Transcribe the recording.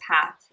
path